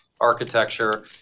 architecture